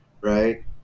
right